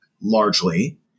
largely